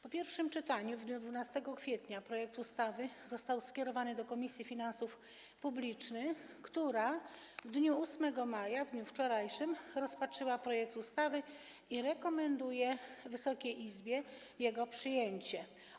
Po pierwszym czytaniu w dniu 12 kwietnia projekt ustawy został skierowany do Komisji Finansów Publicznych, która w dniu 8 maja, w dniu wczorajszym, rozpatrzyła projekt ustawy i rekomenduje Wysokiej Izbie jego przyjęcie.